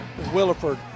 Williford